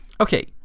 Okay